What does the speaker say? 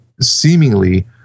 seemingly